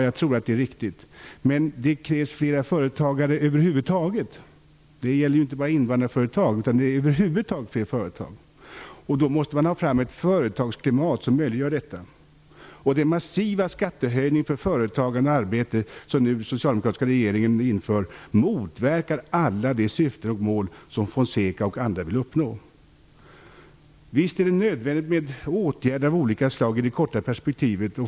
Jag tror att det är riktigt. Men det krävs fler företagare över huvud taget, inte bara invandrarföretag utan över huvud taget fler företag. Då måste man få fram ett företagsklimat som möjliggör detta. De massiva skattehöjningar för företagande och arbete som den socialdemokratiska regeringen nu inför motverkar alla de syften och mål som Fonseca och andra vill uppnå. Visst är det nödvändigt med åtgärder av olika slag i det korta perspektivet.